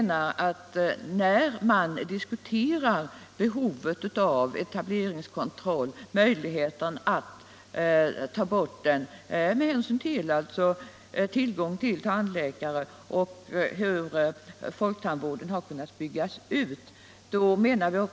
När man diskuterar behovet av etableringskontrollen och möjligheten att ta bort den, med hänsyn till tvillgång till tandläkare och hur folktandvården har kunnat byggas ut.